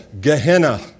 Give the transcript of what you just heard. Gehenna